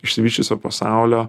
išsivysčiusio pasaulio